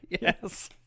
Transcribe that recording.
Yes